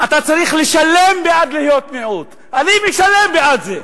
אתה צריך לשלם בעד להיות מיעוט, אני משלם בעד זה,